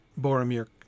Boromir